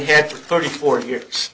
had for thirty four years